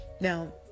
Now